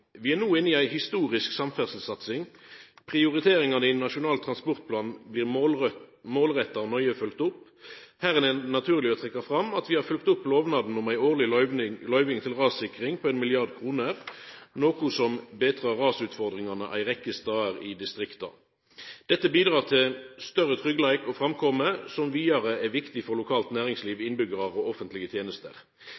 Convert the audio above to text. no inne i ei historisk samferdselssatsing. Prioriteringane i Nasjonal transportplan blir målretta og nøye følgde opp. Her er det naturleg å trekkja fram at vi har følgt opp lovnaden om ei årleg løyving til rassikring på 1 mrd. kr, noko som betrar rasutfordringane ei rekkje stader i distrikta. Dette bidreg til større tryggleik og framkome, som vidare er viktig for lokalt næringsliv,